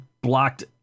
blocked